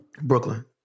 Brooklyn